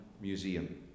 museum